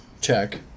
Check